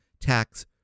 tax